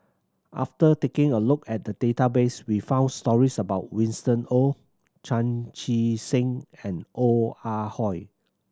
after taking a look at the database we found stories about Winston Oh Chan Chee Seng and Ong Ah Hoi